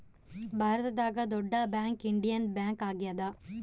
ಭಾರತದಾಗ ದೊಡ್ಡ bank Indian bank ಆಗ್ಯಾದ